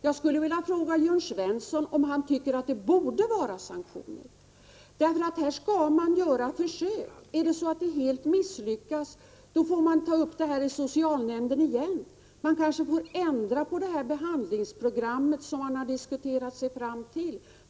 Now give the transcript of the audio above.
Jag skulle vilja fråga Jörn Svensson, om han tycker att det borde finnas sanktioner. Här skall man göra försök, och om de helt misslyckas får man ta upp det här i socialnämnden igen. Man kanske får ändra på behandlingsprogrammet som man har diskuterat sig fram till.